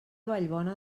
vallbona